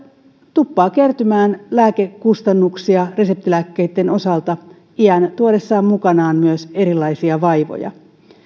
tuppaa kertymään lääkekustannuksia reseptilääkkeitten osalta iän tuodessa mukanaan myös erilaisia vaivoja